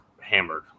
hammered